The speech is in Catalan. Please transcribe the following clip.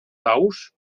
daus